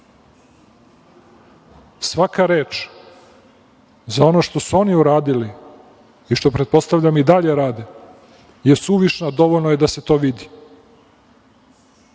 Svaka reč za ono što su oni uradili i što, pretpostavljam, i dalje rade, je suvišna, dovoljno je da se to vidi. Ja